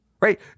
right